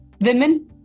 women